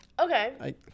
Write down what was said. Okay